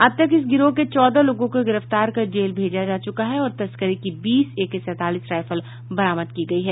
अब तक इस गिरोह के चौदह लोगों को गिरफ्तार कर जेल भेजा जा चूका है और तस्करी की बीस एके सैंतालीस राईफल बरामद की गयी है